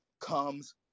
comes